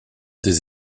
des